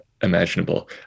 imaginable